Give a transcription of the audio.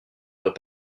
doit